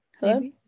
hello